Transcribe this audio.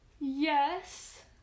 Yes